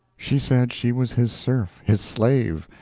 she said she was his serf, his slave,